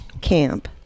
camp